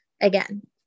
Again